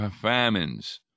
famines